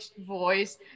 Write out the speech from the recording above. voice